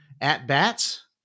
at-bats